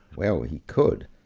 well, he could,